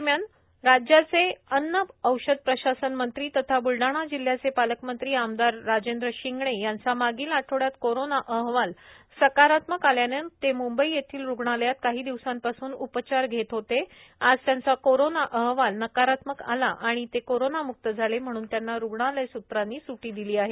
दरम्यान राज्याचे अन्न औषध प्रशासन मंत्री तथा ब्लडाणा जिल्ह्याचे पालकमंत्री आमदार राजेंद्र शिंगणे यांचा मागील आठवड्यात कोरोना अहवाल सकारात्मक आल्याने ते मुंबई येथील रुग्णालयात काही दिवसापासून उपचार घेत होते आज त्याचा कोरोना अहवाल नकरात्मक आला आणि ते कोरोनामुक्त झाले म्हणून त्यांना रुग्णालय सूत्रांनी सुट्टी दिली आहे